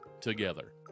together